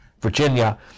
Virginia